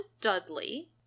dudley